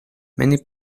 many